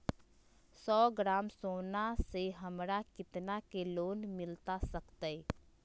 सौ ग्राम सोना से हमरा कितना के लोन मिलता सकतैय?